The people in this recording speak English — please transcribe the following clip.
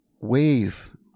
wave